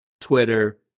Twitter